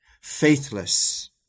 faithless